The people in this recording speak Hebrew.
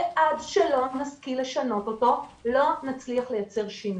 ועד שלא נשכיל לשנות אותו לא נצליח לייצר שינוי.